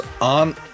on